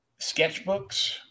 sketchbooks